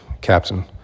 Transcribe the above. captain